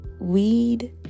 Weed